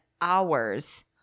hours